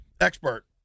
expert